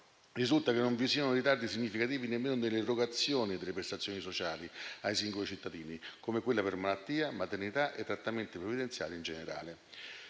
risulta che non vi siano ritardi significativi nemmeno nelle erogazioni delle prestazioni sociali ai singoli cittadini, come quelle per malattia, maternità e trattamenti previdenziali in generale.